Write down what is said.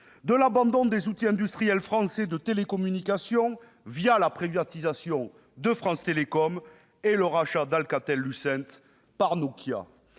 de l'abandon des outils industriels français de télécommunication, la privatisation de France Télécom et le rachat d'Alcatel-Lucent par Nokia.